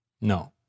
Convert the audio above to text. No